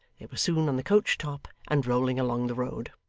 they were soon on the coach-top and rolling along the road.